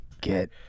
get